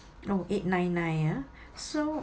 oh eight nine nine ah so